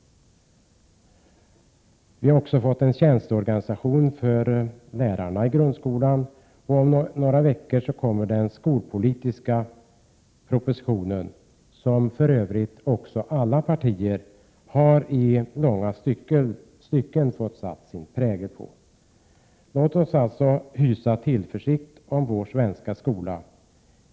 Vi har också fått en ny tjänsteorganisation för lärarna i grundskolan. Om några veckor framläggs den skolpolitiska propositionen, som för övrigt alla partier i långa stycken fått sätta sin prägel på. Låt oss hysa tillförsikt om vår svenska skola.